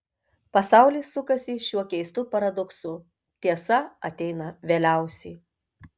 pasaulis sukasi šiuo keistu paradoksu tiesa ateina vėliausiai